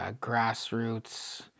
grassroots